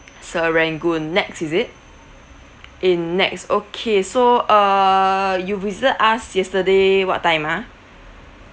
serangoon nex is it in nex okay so err you visited us yesterday what time ah